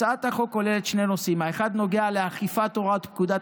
הצעת החוק כוללת שני נושאים: האחד נוגע לאכיפת הוראות פקודת